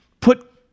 put